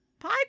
pie